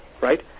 Right